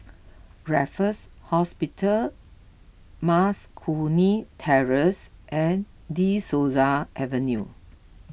Raffles Hospital Mas Kuning Terrace and De Souza Avenue